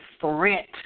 threat